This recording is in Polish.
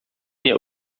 nie